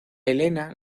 elena